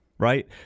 right